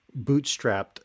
bootstrapped